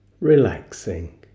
relaxing